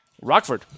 Rockford